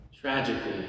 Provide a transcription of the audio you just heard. tragically